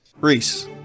Reese